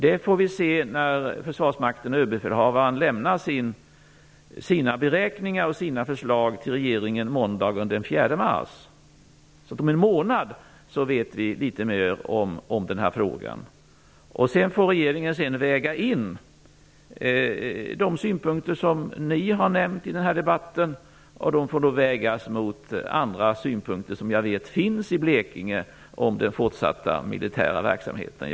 Det får vi se när Försvarsmakten och överbefälhavaren lämnar sina beräkningar och sina förslag till regeringen måndagen den 4 mars. Om en månad vet vi litet mer om den här frågan. Sedan får regeringen väga in de synpunkter som ni har nämnt i den här debatten. De får då vägas mot andra synpunkter som jag vet finns i Blekinge om den fortsatta militära verksamheten.